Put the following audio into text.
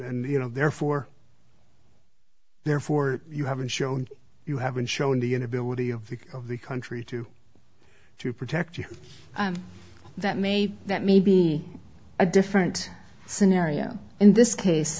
and you know they're for therefore you haven't shown you haven't shown the inability of the of the country to to protect you and that maybe that may be a different scenario in this case